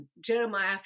Jeremiah